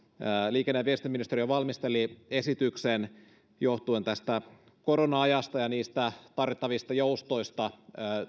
liikenne ja viestintäministeriö valmisteli esityksen johtuen tästä korona ajasta ja tarvittavista joustoista